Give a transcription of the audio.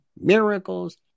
miracles